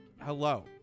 hello